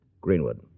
Greenwood